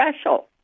special